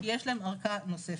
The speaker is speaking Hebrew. כי יש להם ארכה נוספת,